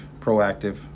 proactive